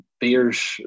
beers